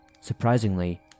Surprisingly